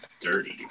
dirty